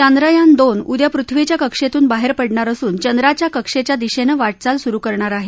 चांद्रयान दोन उद्या पृथ्वीच्या कक्षेतून बाहेर पडणार असून चंद्राच्या कक्षेच्या दिशेनं वाटचाल सुरू करणार आहे